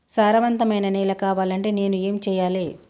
సారవంతమైన నేల కావాలంటే నేను ఏం చెయ్యాలే?